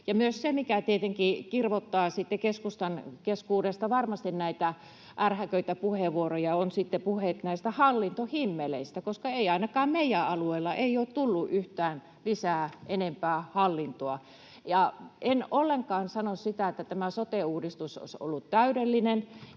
Myös se, mikä tietenkin kirvoittaa sitten keskustan keskuudesta varmasti näitä ärhäköitä puheenvuoroja, on puheet näistä hallintohimmeleistä, koska ainakaan meidän alueelle ei ole tullut lisää yhtään enempää hallintoa. En ollenkaan sano, että tämä sote-uudistus olisi ollut täydellinen,